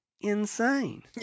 insane